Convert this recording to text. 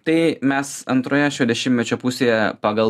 tai mes antroje šio dešimtmečio pusėje pagal